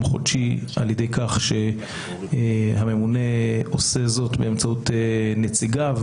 חודשי על ידי כך שהממונה עושה זאת באמצעות נציגיו.